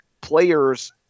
players